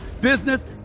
business